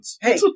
Hey